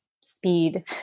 speed